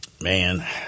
Man